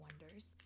wonders